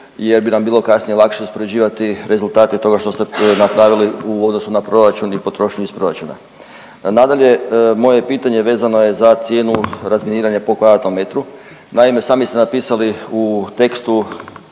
jer bi nam bilo kasnije lakše uspoređivati rezultate toga što ste napravili u odnosu na proračun i potrošnju iz proračuna. Nadalje, moje je pitanje vezano je za cijenu razminiranja po kvadratnom metru. Naime, sami ste napisali u tekstu